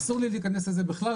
אסור לי להיכנס לזה בכלל,